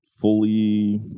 fully